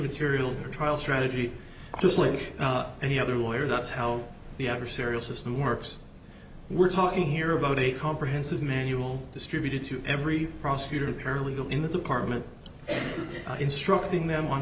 serials their trial strategy just like any other lawyer that's how the adversarial system works we're talking here about a comprehensive manual distributed to every prosecutor paralegal in the department instructing them on